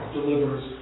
delivers